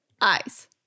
Eyes